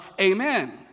amen